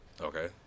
Okay